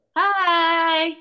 hi